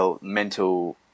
mental